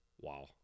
Wow